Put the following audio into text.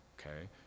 Okay